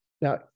Now